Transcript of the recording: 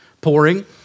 pouring